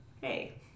Hey